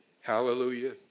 Hallelujah